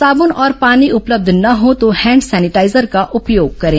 साबुन और पानी उपलब्ध न हो तो हैंड सैनिटाइजर का उपयोग करें